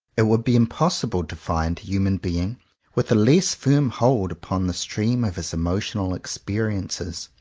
it would be impossible to find a human being with a less firm hold upon the stream of his emotional experiences.